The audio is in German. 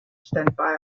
standby